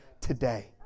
today